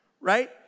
Right